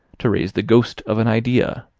to raise the ghost of an idea,